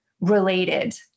related